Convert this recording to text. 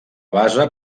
base